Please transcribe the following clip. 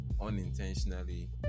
unintentionally